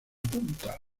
punta